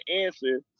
answer